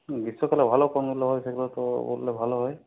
গ্রীষ্মকালে ভালো কোনগুলো হয় সেগুলো তো বললে ভালো হয়